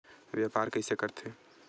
व्यापार कइसे करथे?